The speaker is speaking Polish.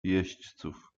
jeźdźców